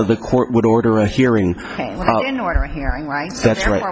the court would order a hearing hearing right that's right